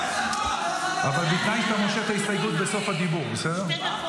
--- אבל תמשוך את ההסתייגות בסוף הדיבור, בסדר?